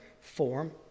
form